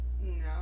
No